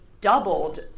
doubled